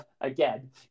again